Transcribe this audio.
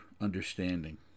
understanding